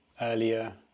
earlier